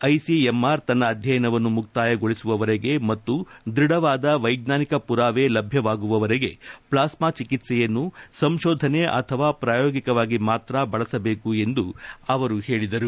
ICMR ತನ್ನ ಅಧ್ಯಯನವನ್ನು ಮುಕ್ತಾಯಗೊಳಿಸುವವರೆಗೆ ಮತ್ತು ದ್ವಢವಾದ ವೈಜ್ಞಾನಿಕ ಪುರಾವೆ ಲಭ್ಞವಾಗುವವರೆಗೆ ಪ್ಲಾಸ್ಕಾ ಚಿಕಿತ್ಸೆಯನ್ನು ಸಂಶೋಧನೆ ಅಥವಾ ಪ್ರಾಯೋಗಿಕವಾಗಿ ಮಾತ್ರ ಬಳಸಬೇಕು ಎಂದು ಅಧಿಕಾರಿ ಹೇಳಿದರು